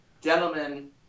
Gentlemen